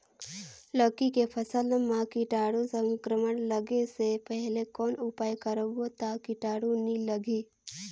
लौकी के फसल मां कीटाणु संक्रमण लगे से पहले कौन उपाय करबो ता कीटाणु नी लगही?